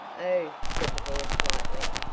oh, said the voice lightly,